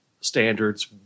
standards